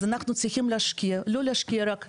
אז אנחנו צריכים להשקיע, לא להשקיע רק בישיבות,